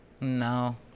No